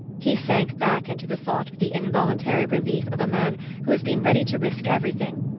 he sank back into the thought with the involuntary relief of a man who has been ready to risk everything,